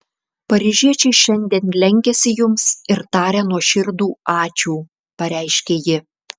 paryžiečiai šiandien lenkiasi jums ir taria nuoširdų ačiū pareiškė ji